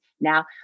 now